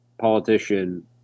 politician